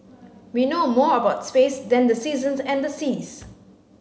we know more about space than the seasons and the seas